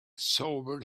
sobered